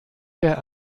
der